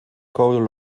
kolen